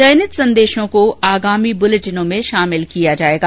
चयनित संदेशों को आगामी क्लेटिनों में शामिल किया जाएगा